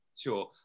Sure